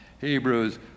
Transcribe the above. Hebrews